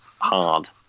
hard